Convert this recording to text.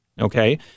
Okay